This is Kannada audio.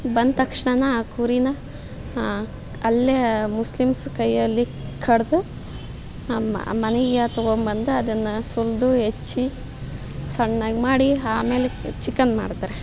ಬಂದ ತಕ್ಷ್ಣನೇ ಆ ಕುರೀನ ಅಲ್ಲೇ ಮುಸ್ಲಿಮ್ಸ್ ಕೈಯಲ್ಲಿ ಕಡಿದು ನಮ್ಮ ಮನೆಗೆ ತೊಗೊಂಬಂದು ಅದನ್ನು ಸುಲಿದು ಹೆಚ್ಚಿ ಸಣ್ಣಗೆ ಮಾಡಿ ಆಮೇಲೆ ಚಿಕನ್ ಮಾಡ್ತಾರೆ